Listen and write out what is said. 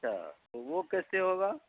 اچھا تو وہ کیسے ہوگا